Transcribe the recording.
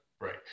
right